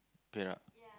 Perak